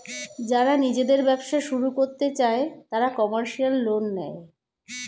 যারা নিজেদের ব্যবসা শুরু করতে চায় তারা কমার্শিয়াল লোন নেয়